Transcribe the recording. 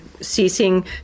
ceasing